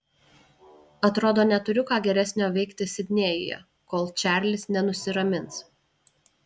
atrodo neturiu ką geresnio veikti sidnėjuje kol čarlis nenusiramins